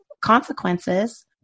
consequences